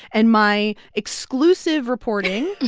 and my exclusive reporting.